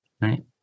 Right